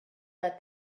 that